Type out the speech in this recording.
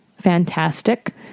Fantastic